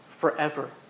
forever